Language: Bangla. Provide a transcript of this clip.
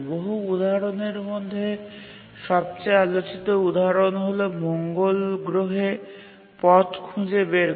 বহু উদাহরণের মধ্যে সবচেয়ে আলোচিত উদাহরণ হল মঙ্গল গ্রহে পথ খুঁজে বের করা